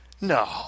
No